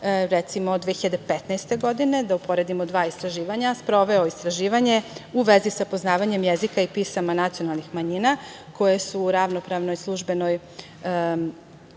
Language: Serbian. recimo 2015. godine, da uporedimo dva istraživanja, sproveo je istraživanje u vezi sa poznavanjem jezika i pisama nacionalnih manjina koji su u ravnopravnoj službenoj